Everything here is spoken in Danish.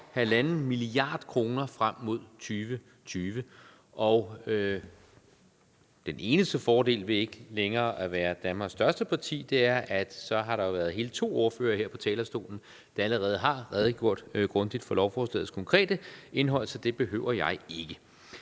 1,5 mia. kr. frem mod 2020. Den eneste fordel ved ikke længere at være Danmarks største parti er, at så har der jo været hele to ordførere her på talerstolen, der allerede har redegjort grundigt for lovforslagets konkrete indhold, så det behøver jeg ikke.